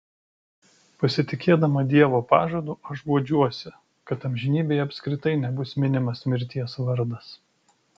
pasitikėdama dievo pažadu aš guodžiuosi kad amžinybėje apskritai nebus minimas mirties vardas